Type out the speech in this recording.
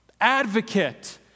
Advocate